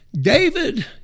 David